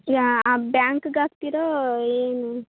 ಯಾ ಬ್ಯಾಂಕ್ಗೆ ಹಾಕ್ತಿರೋ ಏನು